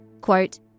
Quote